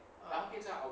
uh